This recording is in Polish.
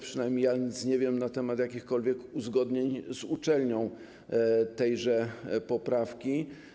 Przynajmniej ja nic nie wiem na temat jakichkolwiek uzgodnień z uczelnią dotyczących tejże poprawki.